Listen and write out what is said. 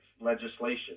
legislation